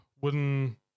wooden